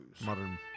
Modern